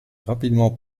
rapidement